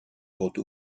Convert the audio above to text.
grotte